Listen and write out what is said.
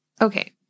Okay